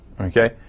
okay